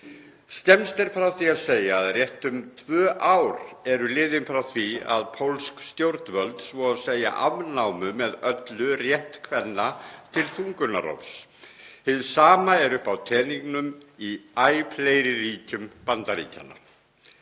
Skemmst er frá því að segja að rétt um tvö ár eru liðin frá því að pólsk stjórnvöld svo að segja afnámu með öllu rétt kvenna til þungunarrofs. Hið sama er uppi á teningnum í æ fleiri ríkjum Bandaríkjanna.